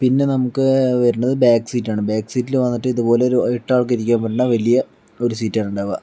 പിന്നെ നമുക്ക് വരണത് ബാക്ക് സീറ്റാണ് ബാക്ക് സീറ്റിൽ വന്നിട്ട് ഇതുപോലെ ഒരു ഏട്ടാൾക്ക് ഇരിക്കാൻ പറ്റുന്ന വലിയ ഒരു സീറ്റ് ആണ് ഉണ്ടാകുക